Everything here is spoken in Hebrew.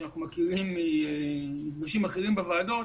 שאנחנו מכירים ממפגשים אחרים בוועדות,